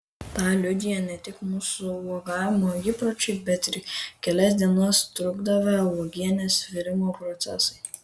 tą liudija ne tik mūsų uogavimo įpročiai bet ir kelias dienas trukdavę uogienės virimo procesai